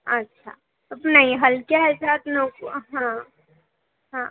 अच्छा नाही हलक्या ह्याच्यात नको हां हां